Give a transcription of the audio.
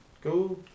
Go